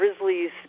grizzlies